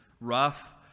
rough